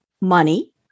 money